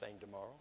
tomorrow